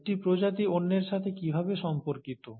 একটি প্রজাতি অন্যের সাথে কীভাবে সম্পর্কিত